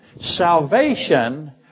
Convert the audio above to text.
Salvation